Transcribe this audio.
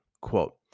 Quote